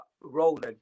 rolling